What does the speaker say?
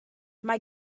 mae